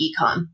econ